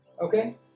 Okay